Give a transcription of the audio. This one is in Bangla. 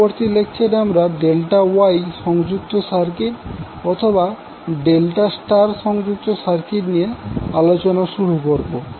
পরবর্তী লেকচারে আমরা ডেল্টা ওয়াই সংযুক্ত সার্কিট অথবা ডেল্টা স্টার সংযুক্ত সার্কিট নিয়ে আলোচনা শুরু করবো